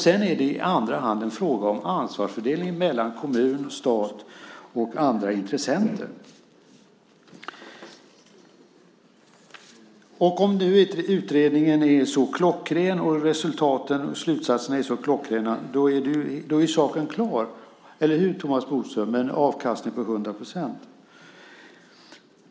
Sedan är det i andra hand en fråga om ansvarsfördelningen mellan kommun, stat och andra intressenter. Och om nu utredningen är så klockren och resultaten och slutsatserna är så klockrena är ju saken klar. Eller hur, Thomas Bodström - med en avkastning på 100 %?